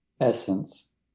essence